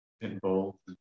involved